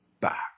back